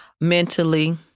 mentally